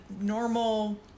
normal